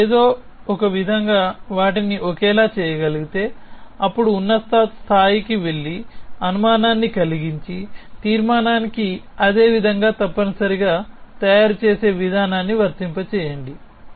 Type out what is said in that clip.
మీరు ఏదో ఒకవిధంగా వాటిని ఒకేలా చేయగలిగితే అప్పుడు ఉన్నత స్థాయికి వెళ్లి అనుమానాన్ని కలిగించి తీర్మానానికి అదే విధంగా తప్పనిసరిగా తయారుచేసే విధానాన్ని వర్తింపజేయండి